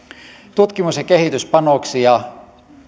tutkimus ja kehityspanoksia